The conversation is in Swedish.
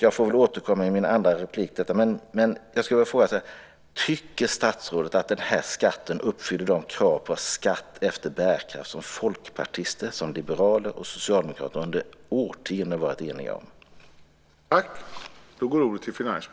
Jag får väl återkomma till detta i nästa inlägg men vill nu bara fråga: Tycker statsrådet att den här skatten uppfyller de krav på skatt efter bärkraft som folkpartister, liberaler och socialdemokrater i årtionden har varit eniga om?